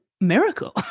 Miracle